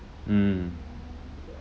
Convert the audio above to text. mm